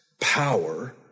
power